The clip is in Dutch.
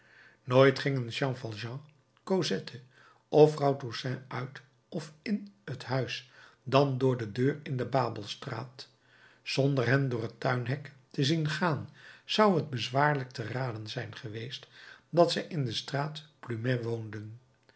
nooit gingen jean valjean cosette of vrouw toussaint uit of in het huis dan door de deur in de babelstraat zonder hen door het tuinhek te zien zou t bezwaarlijk te raden zijn geweest dat zij in de straat plumet woonden